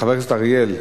חבר הכנסת אריאל,